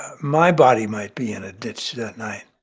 my body might be in a ditch that night.